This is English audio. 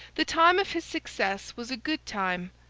the time of his success was a good time,